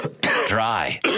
dry